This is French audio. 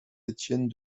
étienne